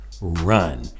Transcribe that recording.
run